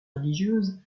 religieuse